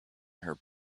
her